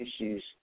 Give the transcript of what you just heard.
issues